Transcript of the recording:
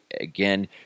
again